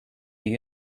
you